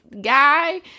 guy